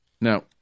Now